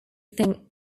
thing